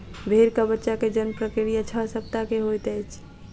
भेड़क बच्चा के जन्म प्रक्रिया छह सप्ताह के होइत अछि